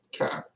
Okay